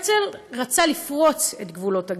הרצל רצה לפרוץ את גבולות הגטו,